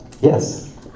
Yes